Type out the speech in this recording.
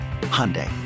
Hyundai